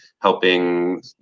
helping